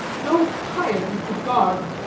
no piety, could guard.